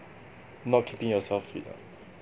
not keeping yourself fit ah